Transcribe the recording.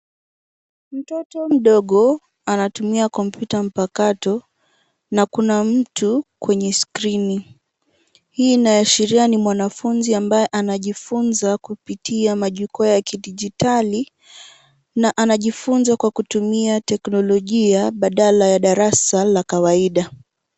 Mtoto mdogo anatumia kompyuta mpakato na kuna mtu kwenye skirini. Hii inashiria ni mwanafunzi ambaye anajifunza kupitia majukwaa ya kidijitali na anajifunza kwa kutumia teknolojia badala ya darasa la kawaida.